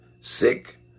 sick